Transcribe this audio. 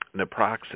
Naproxen